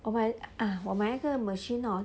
我买我买一个 machine hor